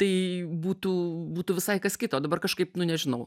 tai būtų būtų visai kas kita o dabar kažkaip nu nežinau